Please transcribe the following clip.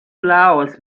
laos